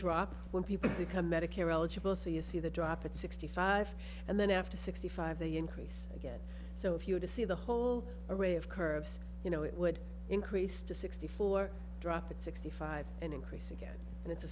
drop when people become medicare eligible so you see the drop at sixty five and then after sixty five they increase again so if you were to see the whole array of curves you know it would increase to sixty four drop at sixty five and increase again and it's a